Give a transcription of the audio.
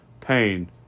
pain